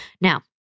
Now